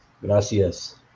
Gracias